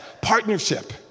Partnership